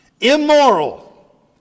immoral